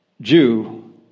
Jew